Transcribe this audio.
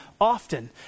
often